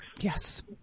Yes